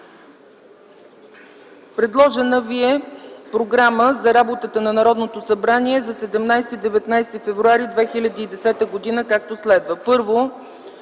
Предложена ви е Програма за работата на Народното събрание за 17-19 февруари 2010 г., както следва: